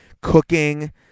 Cooking